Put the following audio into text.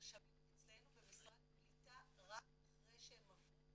אצלנו במשרד הקליטה רק אחרי שהם עברו